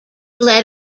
led